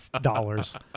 dollars